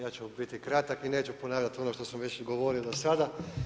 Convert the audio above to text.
Ja ću biti kratak i neću ponavljati ono što sam već govorio do sada.